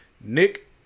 Nick